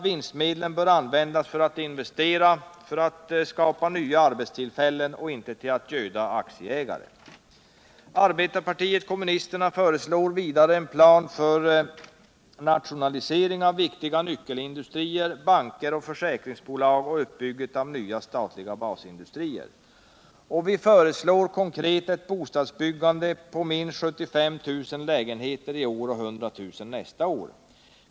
Vinstmedlen bör användas för investeringar och för att skapa nya arbetstillfällen och inte för att göda aktieägare. Arbetarpartiet kommunisterna föreslår vidare en plan för nationalisering av viktiga nyckelindustrier, banker och försäkringsbolag samt uppbyggnad av nya statliga basindustrier. Vi föreslår konkret att bostadsbyggandet skall öka till minst 75 000 lägenheter i år och 100 000 nästa år.